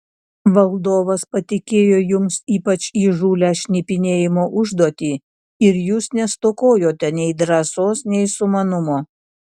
valdovas patikėjo jums ypač įžūlią šnipinėjimo užduotį ir jūs nestokojote nei drąsos nei sumanumo